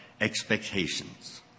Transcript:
expectations